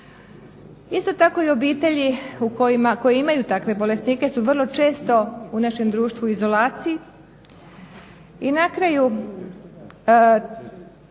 Isto tako i obitelji koji imaju takve bolesnike su vrlo često u našem društvu u izolaciji. I na kraju,